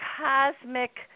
cosmic